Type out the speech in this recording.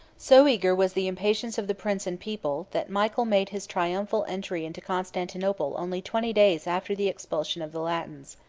so eager was the impatience of the prince and people, that michael made his triumphal entry into constantinople only twenty days after the expulsion of the latins.